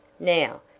now,